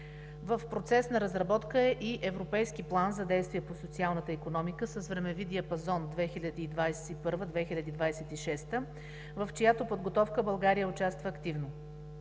В процес на разработка е и Европейски план за действие по социалната икономика с времеви диапазон 2021 – 2026 г., в чиято подготовка България участва активно.